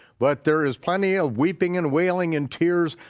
but there is plenty of weeping and wailing and tears,